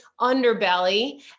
underbelly